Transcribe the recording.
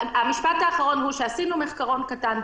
המשפט האחרון הוא שעשינו מחקרון קטן.